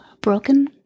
broken